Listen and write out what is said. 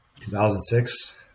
2006